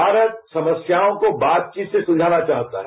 भारत समस्याओं को बातचीत से सुलझाना चाहता है